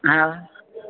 हा